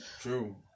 True